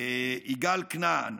יגאל כנען.